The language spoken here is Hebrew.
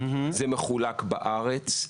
זה מחולק בארץ,